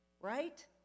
Right